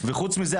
וחוץ מזה,